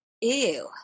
ew